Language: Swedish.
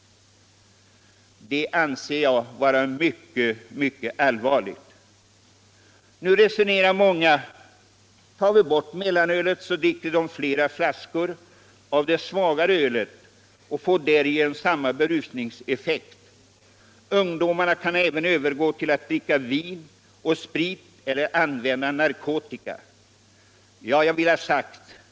Det anser jag vara mycket allvarligt. Nu resonerar många så här: Tar vi bort mellanölet så dricker ungdomarna bara fler flaskor av det svagare ölet och uppnår därigenom samma berusningseffekt. Ungdomarna kan även övergå till att dricka vin och sprit eller till att använda narkotika.